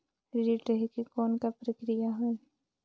ऋण लहे के कौन का प्रक्रिया होयल?